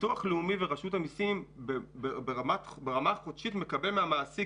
הביטוח הלאומי ורשות המיסים ברמה החודשית מקבלים מהמעסיק